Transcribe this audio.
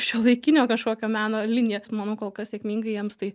šiuolaikinio kažkokio meno liniją manau kol kas sėkmingai jiems tai